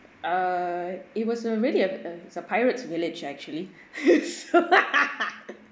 err it was a really a uh it's a pirates village actually